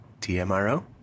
TMRO